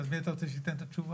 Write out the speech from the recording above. אז מי אתה רוצה שייתן את התשובה?